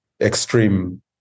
extreme